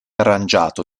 arrangiato